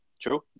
True